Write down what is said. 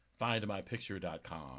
findmypicture.com